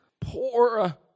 poor